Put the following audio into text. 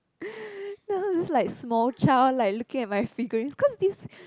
there was this like small child like looking at my figurines because this